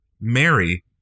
Mary